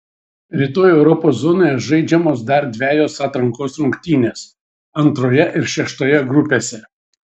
rytoj europos zonoje žaidžiamos dar dvejos atrankos rungtynės antroje ir šeštoje grupėse